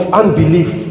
unbelief